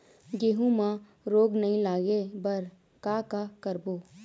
गेहूं म रोग नई लागे बर का का करबो?